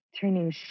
turning